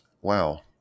Wow